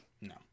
No